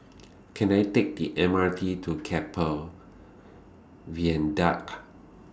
Can I Take The M R T to Keppel Viaduct